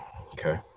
Okay